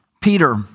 Peter